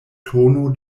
tono